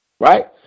right